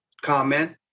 comment